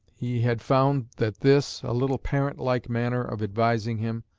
he had found that this, a little parent-like manner of advising him,